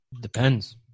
Depends